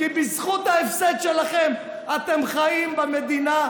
כי בזכות ההפסד שלכם אתם חיים במדינה,